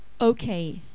Okay